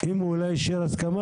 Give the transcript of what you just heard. אם הוא לא אישר הסכמה,